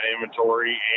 inventory